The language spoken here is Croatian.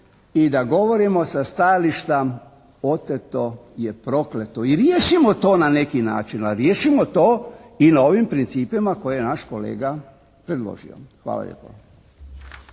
i da govorimo sa stajališta oteto je prokleto. I riješimo to na neki način, a riješimo to i na ovim principima koje je naš kolega predložio. Hvala